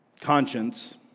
conscience